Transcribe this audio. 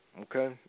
Okay